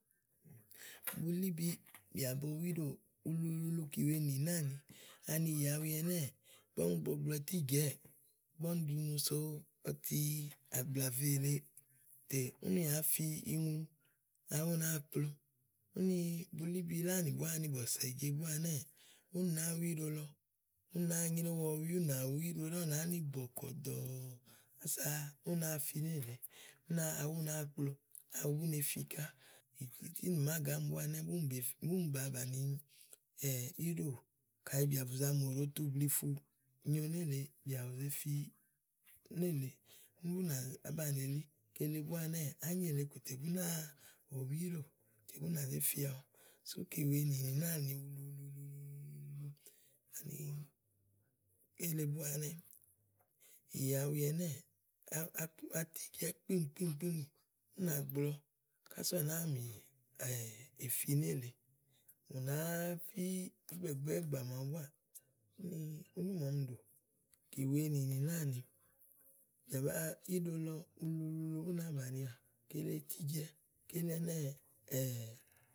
Bulíbi, bìà bo wu íɖò ululuulu kìwèenì nì náàni. Ani ìyawi ɛnɛ́ɛ, ígbɔ úni gblɔgblɔ ítíjɛ̀ɛ́ɛ̀, ígbɔ úni gunu so ɔtiàgblàve lèeè tè úni yà fi iŋlu awu ú náa kplo úni bulíbi lánì búá ani bɔ̀sèje búá ɛnɛ́ɛ, úni nàáa wu íɖo lɔ, ú náa nyréwu ɔwi ú nà wú íɖo lɔ ú nàá ni bɔ̀ kɔ̀ndɔ̀ɔ̀ ása ú náa fi nélèe. ú náa, awu ú náa kplo awu bú ne fi ká. úni nì máàgá ɛnɛ́ɛbúni be fi búnì bàa bàni íɖò kayi bìà bùza mù òɖótublìi fu nyo nélèe, bìà bù ze fi nélèe úni bú nà zá banìi elí kele búá ɛnɛ́ɛ, ányi èle kòtè bú náa ɔwi lɔ bú nà zé fi awu sú kìwèenì nì náàni ulululuulu. ani kele búá ɛnɛ́ɛ, ìyawi ɛnɛ́ɛ, úúú nàa tu atíjɛ̀ɛ́ kpíìm kpíìm kpíìm kpíìm ú ná gblɔ ása ú náa mì èwe fi nélèe, ú nàáá fí ígbàgbáà gbà màawu búáà úni, úni ɖi màa ɔmi ɖò kìwèenì nì náàni bìà ba, íɖo lɔ ululuulu búna bànià kile ítíjɛ̀ɛ́, kile ɛnɛ́ɛ.